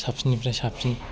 साबसिननिफ्राय साबसिन